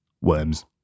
worms